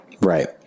Right